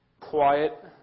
quiet